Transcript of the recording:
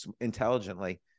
intelligently